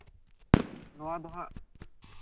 ᱱᱚᱣᱟ ᱫᱚ ᱦᱟᱜ